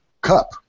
cup